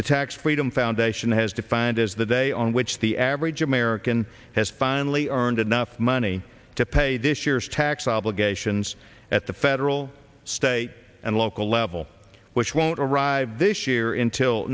the tax freedom foundation has defined as the day on which the average american has finally earned enough money to pay this year's tax obligations at the federal state and local level which won't arrive this year in till